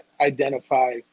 identify